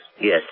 Yes